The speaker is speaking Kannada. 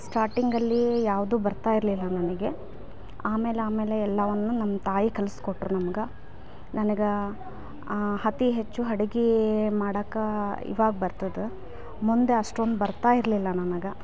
ಸ್ಟಾರ್ಟಿಂಗಲ್ಲಿ ಯಾವುದು ಬರ್ತಾ ಇರಲಿಲ್ಲ ನನಗೆ ಆಮೇಲೆ ಆಮೇಲೆ ಎಲ್ಲಾವನ್ನ ನಮ್ಮ ತಾಯಿ ಕಲ್ಸ್ಕೊಟ್ಟರು ನಮ್ಗೆ ನನಗೆ ಅತೀ ಹೆಚ್ಚು ಅಡಿಗೆ ಮಾಡಾಕ ಇವಾಗ ಬರ್ತದ ಮುಂದೆ ಅಷ್ಟೊಂದು ಬರ್ತಾ ಇರಲಿಲ್ಲ ನನಗೆ